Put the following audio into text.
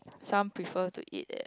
some prefer to eat at